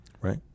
Right